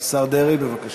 השר דרעי, בבקשה.